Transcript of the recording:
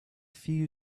few